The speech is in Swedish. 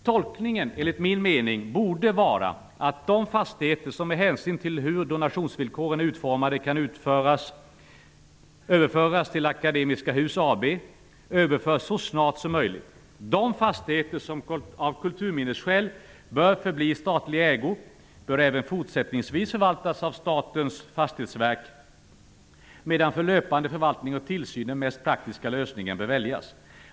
Tolkningen, enligt min mening, borde vara att de fastigheter som, med hänsyn till hur donationsvillkoren är utformade, kan överföras till De fastigheter som av kulturminnesskäl bör förbli i statlig ägo bör även fortsättningsvis förvaltas av Statens fastighetsverk, medan för löpande förvaltning och tillsyn den mest praktiska lösningen bör väljas.